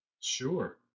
Sure